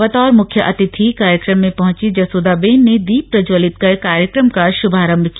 बतौर मुख्य अतिथि कार्यक्रम में पहुंची जसोदाबेन ने दीप प्रज्ज्वलित कर कार्यक्रम का शुभारंभ किया